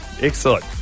Excellent